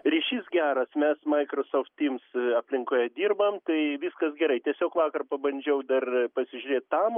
ryšys geras mes microsoft teams aplinkoje dirbam tai viskas gerai tiesiog vakar pabandžiau dar pasižiūrėt tamo